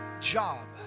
job